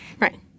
right